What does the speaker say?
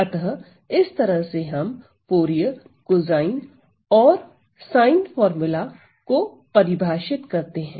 अतः इस तरह से हम फूरिये कोसाइन और साइन फार्मूला को परिभाषित करते हैं